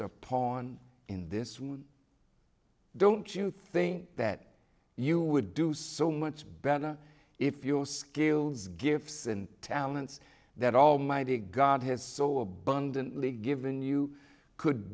a pawn in this don't you think that you would do so much better if your skills gifts and talents that almighty god has so abundantly given you could